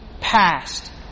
past